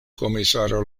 komisaro